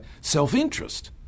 self-interest